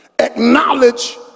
acknowledge